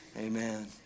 amen